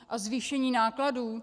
A zvýšení nákladů?